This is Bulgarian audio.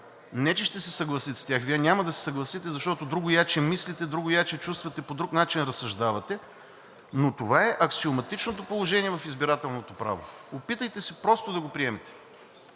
Не че ще се съгласите с тях, Вие няма да се съгласите, защото другояче мислите, другояче чувствате, по друг начин разсъждавате. Но това е аксиоматичното положение в избирателното право. Опитайте се просто да го приемете.